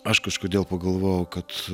aš kažkodėl pagalvojau kad